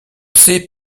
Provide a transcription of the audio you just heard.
sait